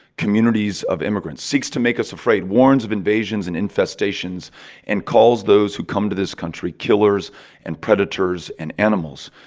communities of immigrants seeks to make us afraid, warns of invasions and infestations and calls those who come to this country killers and predators and animals.